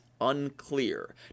unclear